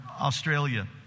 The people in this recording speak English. Australia